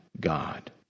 God